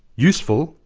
useful,